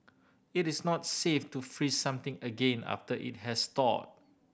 it is not safe to freeze something again after it has thawed